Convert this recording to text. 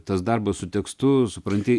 tas darbas su tekstu supranti